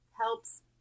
helps